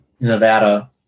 Nevada